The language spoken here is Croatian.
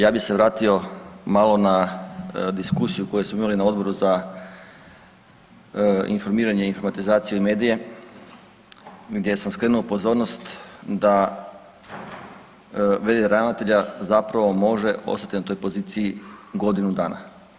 Ja bi se vratio malo na diskusiju koju smo imali na Odboru za informiranje, informatizaciju i medije gdje sam skrenuo pozornost da v.d. ravnatelja zapravo može ostati na toj poziciji godinu dana.